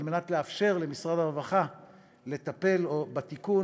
על מנת לאפשר למשרד הרווחה לטפל בתיקון